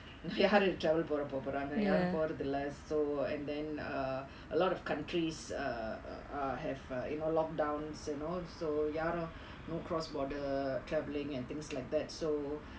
யாரு:yaaru travel போர~ போப்போறா யாரு போரதில்ல:pora~ poporaanga yaaru porathilla so and then uh a lot of countries err have err lockdowns you know so யாரு:yaaru travel இல்ல:illa and things like that so